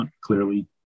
clearly